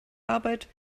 arbeit